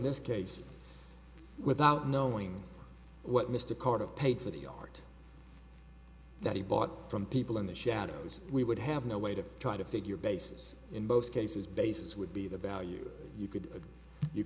this case without knowing what mr carter paid for the art that he bought from people in the shadows we would have no way to try to figure basis in both cases basis would be the value you could you